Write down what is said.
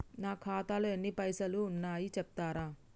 నా ఖాతాలో ఎన్ని పైసలు ఉన్నాయి చెప్తరా?